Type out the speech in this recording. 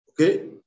okay